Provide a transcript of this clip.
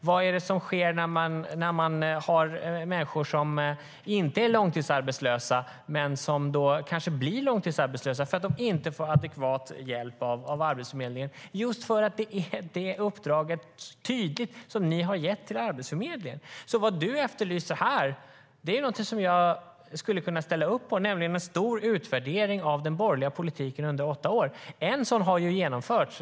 Vad är det som sker när man har människor som inte är långtidsarbetslösa men som kanske blir långtidsarbetslösa därför att de inte får adekvat hjälp av Arbetsförmedlingen, just därför att det är det uppdrag som ni tydligt har gett till Arbetsförmedlingen? Vad du efterlyser här är något som jag skulle kunna ställa upp på, nämligen en stor utvärdering av den borgerliga politiken under åtta år. En sådan har genomförts.